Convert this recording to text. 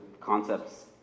concepts